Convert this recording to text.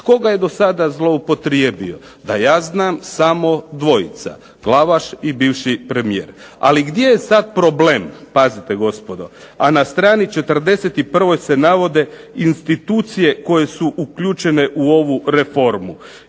ga je do sada zloupotrijebio? Ja znam samo dvojica, Glavaš i bivši premijer. Ali gdje je sada problem? Pazite gospodo, a na strani 41. se navode institucije koje su uključene u ovu reformu.